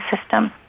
system